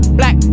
black